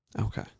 Okay